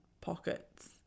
pockets